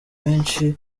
benshi